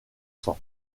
sang